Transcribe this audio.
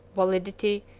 validity,